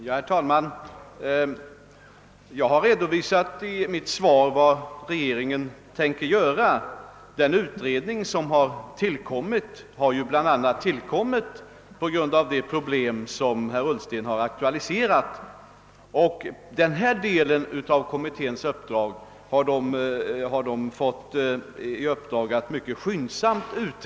Herr talman! Jag har i mitt svar redovisat vad regeringen tänker göra. Den utredning som har tillsatts har tillkommit bl.a. på grund av de problem som herr Ullsten aktualiserat, och den här delen av kommitténs uppdrag har kommittén anmodats att utreda mycket skyndsamt.